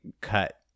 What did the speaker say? cut